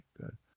Good